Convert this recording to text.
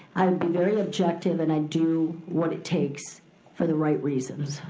um be very objective and i'd do what it takes for the right reasons.